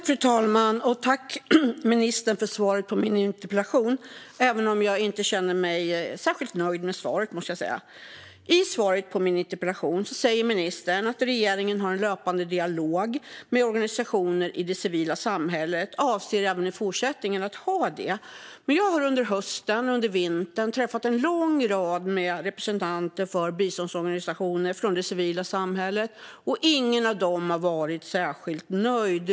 Fru talman! Jag tackar ministern för svaret på min interpellation även om jag inte känner mig särskilt nöjd med det. I svaret på min interpellation säger ministern att regeringen har en löpande dialog med organisationer i det civila samhället och att man även i fortsättningen avser att ha det. Men jag har under hösten och vintern träffat en lång rad representanter för biståndsorganisationer i det civila samhället och ingen av dem har varit särskild nöjd.